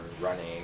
running